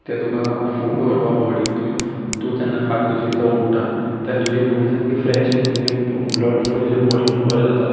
तें तुका फुडें व्हरपाक बॉडी तुज्या तूं तेन्ना फाल्यां दुसरे दिसा उठ्ठा तेन्ना तुजी बॉडी सामकी फ्रेश उरता तुजे ब्लड फ्लो तुज्या बॉडीन बरें जाता